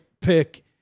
pick